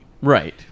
Right